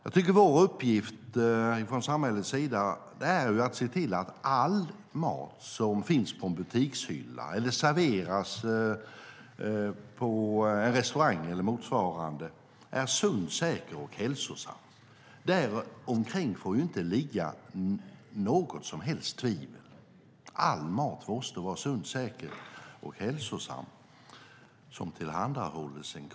Samhällets uppgift är att se till att all mat som finns på en butikshylla, serveras på en restaurang eller motsvarande är sund, säker och hälsosam. Därom får inte finnas något som helst tvivel. All mat som tillhandahålls en konsument måste vara sund, säker och hälsosam.